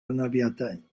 anafiadau